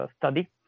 study